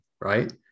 right